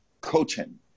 coaching